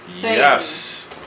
Yes